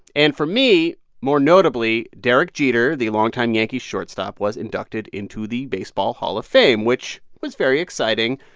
and for me, more notably, derek jeter, the longtime yankees shortstop, was inducted into the baseball hall of fame, which was very exciting.